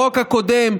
החוק הקודם,